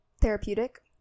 Therapeutic